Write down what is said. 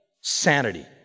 Sanity